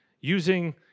Using